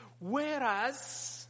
Whereas